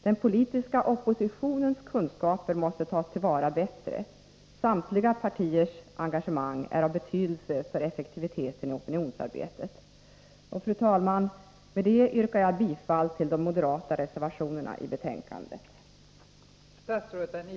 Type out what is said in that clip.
Den politiska oppositionens kunskaper måste tas till vara bättre. Samtliga partiers engagemang är av betydelse för effektiviteten i opinionsarbetet. Fru talman! Jag yrkar bifall till de moderata reservationer som är fogade till detta betänkande.